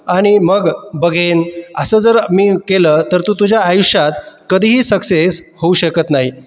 आणि मग बघेन असं जर मी केलं तर तू तुझ्या आयुष्यात कधीही सक्सेस होऊ शकत नाही